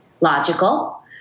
logical